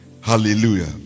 Hallelujah